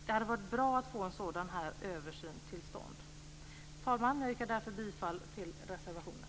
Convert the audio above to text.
Det hade varit bra att få en sådan översyn till stånd. Fru talman! Jag yrkar därför bifall till reservationen.